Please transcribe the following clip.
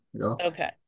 Okay